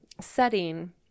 setting